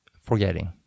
forgetting